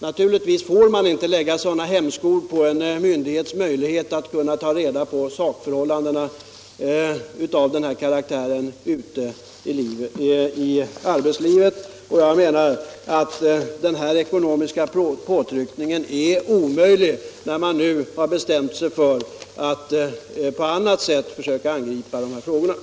Naturligtvis får man inte lägga sådan hämsko på en myndighet när det gäller att ta reda på sakförhållanden av olika karaktär ute i arbetslivet. En sådan ekonomisk påtryckning är omöjlig när man nu på annat sätt har bestämt sig för att försöka angripa de här förhållandena.